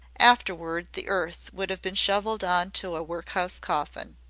afterward the earth would have been shovelled on to a work-house coffin.